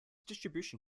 distribution